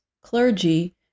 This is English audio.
clergy